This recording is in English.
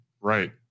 Right